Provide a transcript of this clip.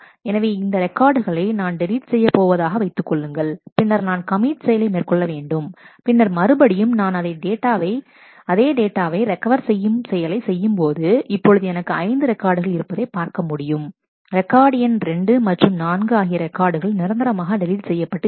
எனவே இந்தப் ரெக்கார்ட்களை நான் டெலீட் செய்யப்போவதாக வைத்துக்கொள்ளுங்கள் பின்னர் நான் கமிட் செயலை மேற்கொள்ள வேண்டும் பின்னர் மறுபடியும் நான் அதே டேட்டாவை ரெக்கவர் செய்யும் செயலை செய்யும்போது இப்பொழுது எனக்கு ஐந்து ரெக்கார்டுகள் இருப்பதை பார்க்க முடியும் ரெக்கார்ட் எண் 2 மற்றும் 4 ஆகிய ரெக்கார்டுகள் நிரந்தரமாக டெலீட் செய்யப்பட்டு இருக்கும்